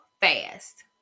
fast